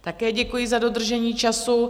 Také děkuji za dodržení času.